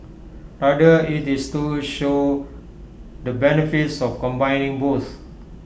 rather IT is to show the benefits of combining both